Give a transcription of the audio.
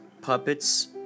puppets